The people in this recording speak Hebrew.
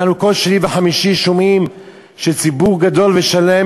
אנחנו כל שני וחמישי שומעים שציבור גדול ושלם